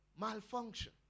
malfunction